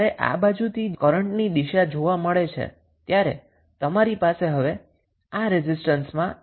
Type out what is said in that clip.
જ્યારે આ બાજુથી કરન્ટની દિશા જોવામા આવે છે ત્યારે તમારી પાસે હવે ચાર રેઝિસ્ટન્સ છે